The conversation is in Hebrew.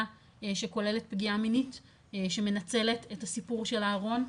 שכוללת פגיעה מינית שמנציח את הסיפור של הארון.